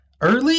early